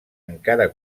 encara